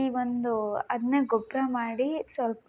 ಈ ಒಂದು ಅದನ್ನೆ ಗೊಬ್ಬರ ಮಾಡಿ ಸ್ವಲ್ಪ